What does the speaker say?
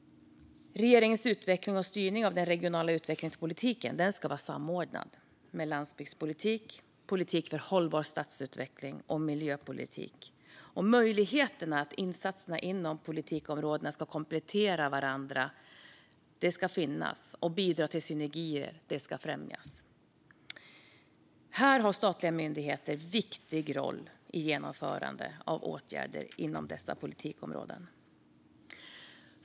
Regeringens utveckling och styrning av den regionala utvecklingspolitiken ska vara samordnad med landsbygdspolitiken, politiken för hållbar stadsutveckling och miljöpolitiken. Det ska finnas möjligheter så att insatser inom politikområdena ska komplettera varandra och bidra till att synergier främjas. Här har statliga myndigheter en viktig i roll i genomförandet av åtgärder inom dessa politikområden.